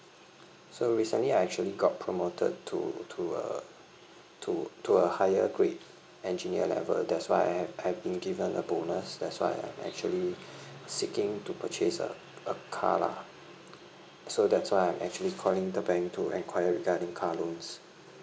so recently I actually got promoted to to a to to a higher grade engineer level that's why I have I've been given a bonus that's why I am actually seeking to purchase a a car lah so that's why I'm actually calling the bank to enquire regarding car loans